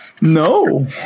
No